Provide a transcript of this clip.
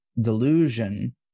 delusion